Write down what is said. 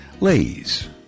lays